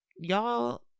y'all